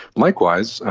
likewise,